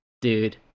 dude